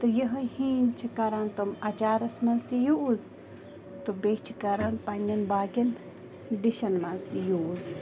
تہٕ یِہوٚے ہیٖنٛگ چھِ کَران تِم اَچارَس منٛز تہِ یوٗز تہٕ بیٚیہِ چھِ کَران پنٛنٮ۪ن باقیَن ڈِشَن منٛز تہِ یوٗز